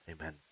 Amen